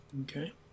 Okay